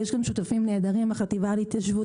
יש לנו שותפים נהדרים החטיבה להתיישבות,